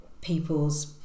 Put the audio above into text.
people's